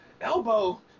elbow